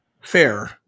Fair